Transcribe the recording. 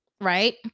right